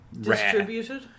Distributed